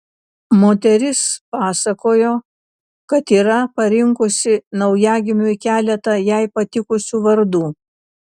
moteris pasakojo kad yra parinkusi naujagimiui keletą jai patikusių vardų